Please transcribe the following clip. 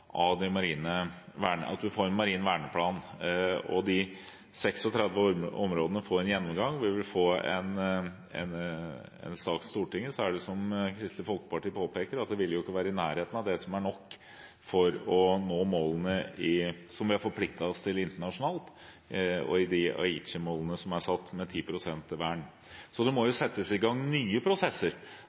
og vi vil få en sak til Stortinget, vil det – som Kristelig Folkeparti påpeker – ikke være i nærheten av det som er nok for å nå målene som vi har forpliktet oss til internasjonalt, og Aichimålene som er satt, med 10 pst. vern. Det må settes i gang nye prosesser